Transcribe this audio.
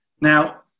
Now